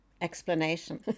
explanation